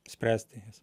spręsti jas